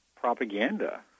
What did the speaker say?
propaganda